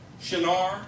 Shinar